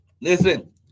Listen